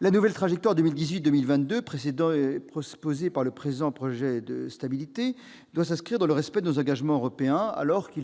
La nouvelle trajectoire 2018-2022 proposée au travers du présent projet de programme de stabilité doit s'inscrire dans le respect de nos engagements européens, alors que,